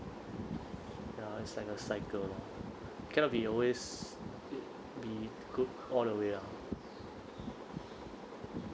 ya it's like a cycle lah cannot be always be good all the way ah